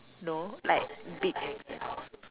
no like big exams